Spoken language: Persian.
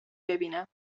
ببینم